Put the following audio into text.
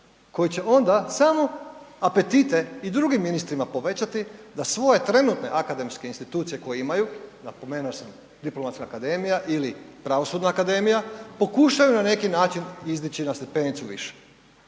koji će onda samo apetite i drugim ministrima povećati da svoje trenutne akademske institucije koje imaju, napomenuo sam, Diplomatska akademija ili Pravosudna akademija, pokušaju na neki način izdići na stepenicu više.